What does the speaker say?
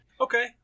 Okay